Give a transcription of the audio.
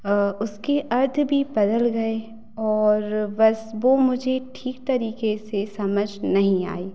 उसके अर्थ भी बदल गए और बस बो मुझे ठीक तरीक़े से समझ नहीं आई